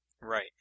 Right